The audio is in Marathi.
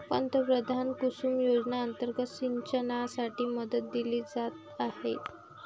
पंतप्रधान कुसुम योजना अंतर्गत सिंचनासाठी मदत दिली जात आहे